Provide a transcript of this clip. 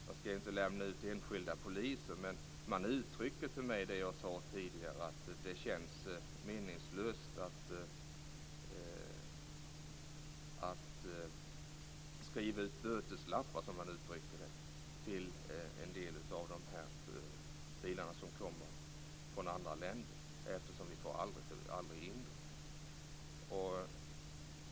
Jag ska inte lämna ut enskilda poliser, men man uttrycker till mig det jag sade tidigare, nämligen att det känns meningslöst att skriva ut böteslappar till en del av de bilar som kommer från andra länder eftersom man aldrig får in böterna.